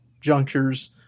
junctures